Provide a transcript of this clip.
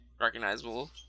recognizable